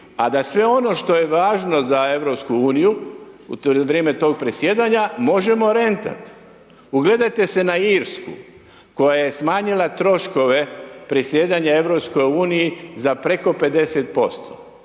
a da sve ono što je važno za EU u vrijeme tog predsjedanja možemo rentati. Ugledajte se na Irsku koja je smanjila troškove predsjedanja EU za preko 50%